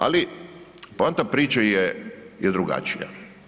Ali poanta priče je drugačija.